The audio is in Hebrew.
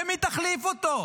במי תחליף אותו?